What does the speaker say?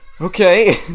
Okay